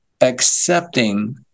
accepting